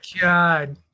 god